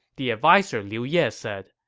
the adviser liu ye said,